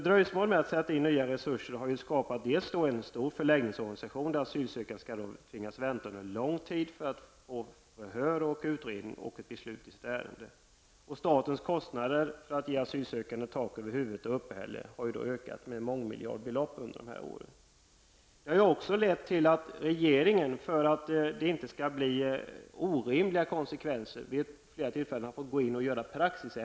Dröjsmålet med att sätta in nya resurser har skapat en stor förläggningsorganisation där asylsökande under lång tid tvingas vänta på förhör och utredning samt beslut. Statens kostnader för att ge asylsökande tak över huvudet samt uppehälle har ökat med miljardbelopp under de gångna åren. Detta har lett till att regeringen, för att det inte skall bli orimliga konsekvenser, vid flera tillfällen har fått ändra praxis.